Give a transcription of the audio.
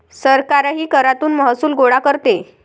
सरकारही करातून महसूल गोळा करते